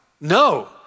No